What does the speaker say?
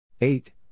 eight